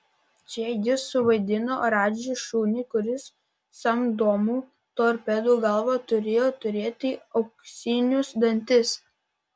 čia jis suvaidino radži šunį kuris samdomų torpedų galva turėjo turėti auksinius dantis